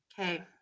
Okay